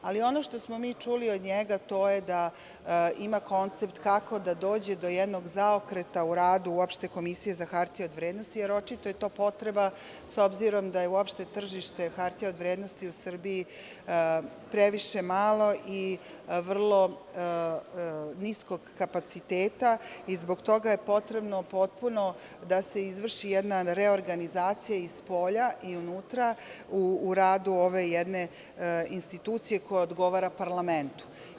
Ali, ono što smo mi čuli od njega, to je da ima koncept kako da dođe do jednog zaokreta u radu uopšte Komisije za hartije od vrednosti jer očito je to potreba, s obzirom da je uopšte tržište hartija od vrednosti u Srbije previše malo i vrlo niskog kapaciteta i zbog toga je potrebno da se izvrši jedna reorganizacija i spolja i unutra u radu ove jedne institucije koja odgovara parlamentu.